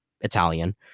Italian